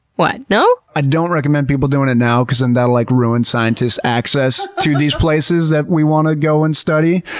what, no? i don't recommend people doing it now because then and that'll like ruin scientists' access to these places that we want to go and study.